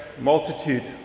multitude